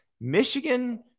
Michigan